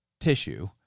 tissue